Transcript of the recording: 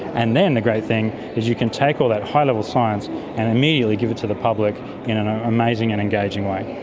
and then the great thing is you can take all that high-level science and immediately give it to the public in an ah amazing and engaging way.